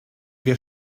wir